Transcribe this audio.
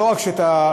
בבקשה,